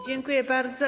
Dziękuję bardzo.